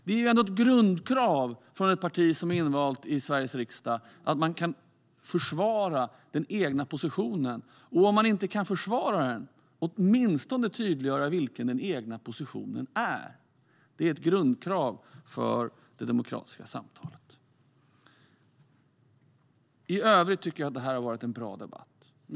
Det är ändå ett grundkrav på ett parti som är invalt i Sveriges riksdag att man kan försvara den egna positionen eller, om man inte kan försvara den, åtminstone tydliggöra vilken den egna positionen är. Det är ett grundkrav för det demokratiska samtalet. I övrigt tycker jag att det här har varit en bra debatt.